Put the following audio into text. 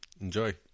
Enjoy